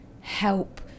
help